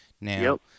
Now